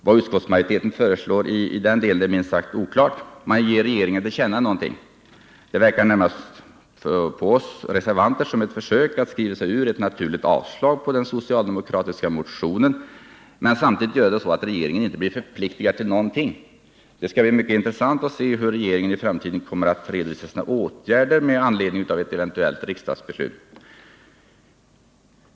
Vad utskottsmajoriteten föreslår i denna del är minst sagt oklart. Man ger regeringen till känna någonting. Det verkar på oss reservanter närmast som ett försök att skriva sig ur ett naturligt avslag på den socialdemokratiska motionen men samtidigt göra det så att regeringen inte blir förpliktigad till någonting. Det skall bli mycket intressant att se hur regeringen i framtiden kommer att redovisa sina åtgärder med anledning av ett eventuellt riksdagsbeslut.